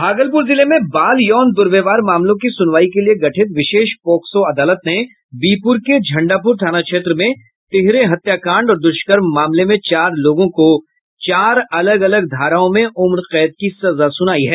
भागलपूर जिले में बाल यौन दूर्व्यवहार मामलों की सुनवाई के लिये गठित विशेष पोक्सो अदालत ने बिहपुर के झंडापुर थाना क्षेत्र में तिहरे हत्याकांड और दुष्कर्म मामले में चार लोगो को चार अलग अलग धाराओं में उम्र कैद की सजा सुनाई है